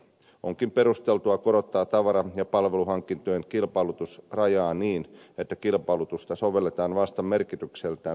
onkin perusteltua korottaa tavara ja palveluhankintojen kilpailutusrajaa niin että kilpailutusta sovelletaan vasta merkitykseltään huomattaviin hankintoihin